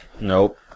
Nope